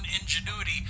ingenuity